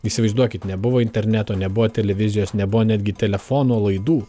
įsivaizduokit nebuvo interneto nebuvo televizijos nebuvo netgi telefono laidų